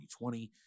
2020